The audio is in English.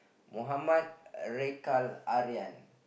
Mohammad Raikal Arian